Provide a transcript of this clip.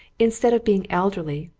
instead of being elderly,